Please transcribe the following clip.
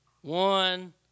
one